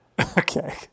Okay